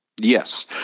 Yes